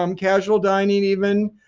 um casual dining even,